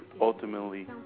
ultimately